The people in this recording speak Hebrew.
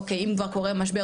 אוקי אם כבר קורה משבר,